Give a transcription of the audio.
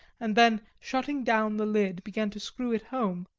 and then shutting down the lid began to screw it home,